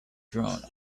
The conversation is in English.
drawn